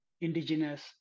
indigenous